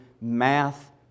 math